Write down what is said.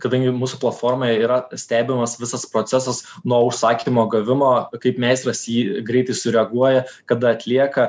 kadangi mūsų platformoje yra stebimas visas procesas nuo užsakymo gavimo kaip meistras į jį greitai sureaguoja kada atlieka